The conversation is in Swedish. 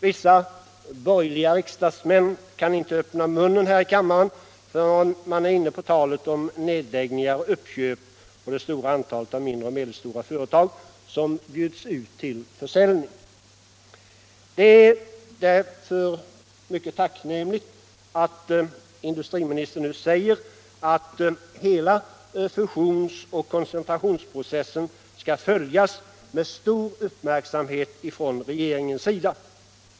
Vissa borgerliga riksdagsmän kan inte öppna munnen här i kammaren förrän de är inne på talet om nedläggningar, uppköp och det stora antalet av mindre och medelstora företag som bjuds ut till försäljning. Därför är det mycket tacknämligt att industriministern nu säger att hela fusionsoch koncentrationsprocessen skall följas med stor uppmärksamhet från regeringens sida.